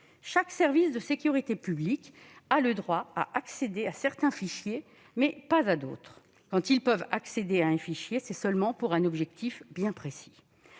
Chaque service de sécurité publique a le droit d'accéder à certains fichiers, mais pas à d'autres. Quand ils peuvent accéder à un fichier, c'est seulement pour un objectif précis.